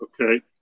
okay